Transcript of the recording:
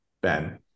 Ben